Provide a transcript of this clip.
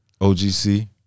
OGC